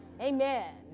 amen